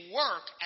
work